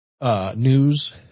News